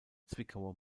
zwickauer